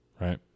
right